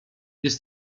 jest